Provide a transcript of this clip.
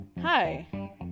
Hi